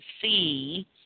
see